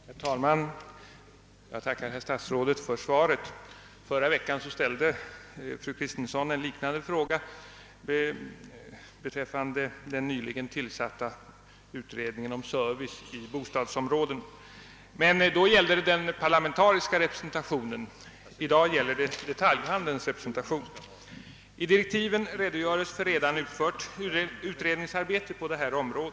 Herr talman! Jag tackar herr statsrådet för svaret. Förra veckan ställde fru Kristensson en liknande fråga beträffande den nyligen tillsatta utredningen om service i bostadsområden, men då gällde det den parlamentariska representationen; i dag gäller det detaljhandelns representation. I direktiven redogörs för redan utfört utredningsarbete på detta område.